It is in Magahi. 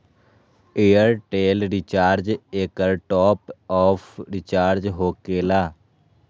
ऐयरटेल रिचार्ज एकर टॉप ऑफ़ रिचार्ज होकेला?